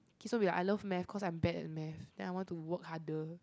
kids won't be like I love math cause I'm bad at math then I want to work harder